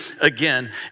again